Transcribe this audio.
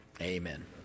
Amen